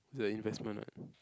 it's a investment what